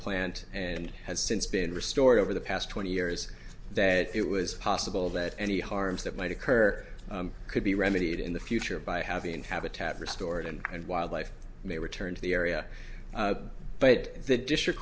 plant and has since been restored over the past twenty years that it was possible that any harms that might occur could be remedied in the future by having habitat restored and wildlife may return to the area but the district